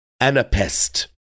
Anapest